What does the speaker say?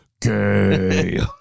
Gay